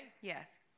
Yes